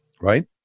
Right